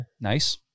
Nice